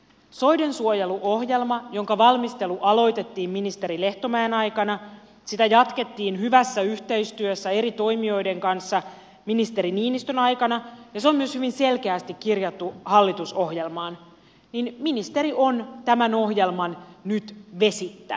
soidensuojeluohjelman jonka valmistelu aloitettiin ministeri lehtomäen aikana jota jatkettiin hyvässä yhteistyössä eri toimijoiden kanssa ministeri niinistön aikana ja joka on myös hyvin selkeästi kirjattu hallitusohjelmaan on ministeri nyt vesittänyt